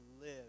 live